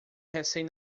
recém